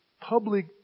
public